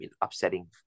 upsetting